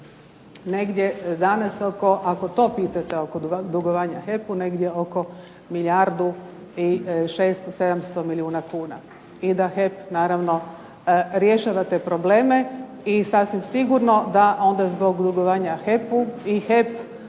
negdje danas oko, ako to pitate oko dugovanja HEP-u negdje oko milijardu i 600, 700 milijuna kuna, i da HEP naravno rješava te probleme i sasvim sigurno da onda zbog dugovanja HEP-u i HEP